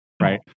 right